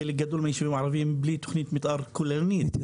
חלק גדול מהיישובים הם ללא תוכנית מתאר כוללנית.